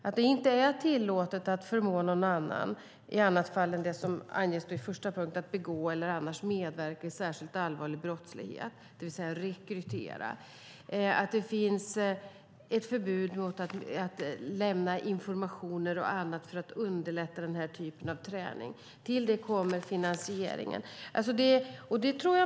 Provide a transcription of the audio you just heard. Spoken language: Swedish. Det är inte tillåtet att förmå någon annan, i annat fall än det som anges i första punkten, att begå eller annars medverka i särskilt allvarlig brottslighet, det vill säga rekrytera. Det finns ett förbud mot att lämna information och annat för att underlätta denna typ av träning. Till det kommer finansieringen.